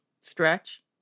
Stretch